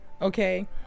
Okay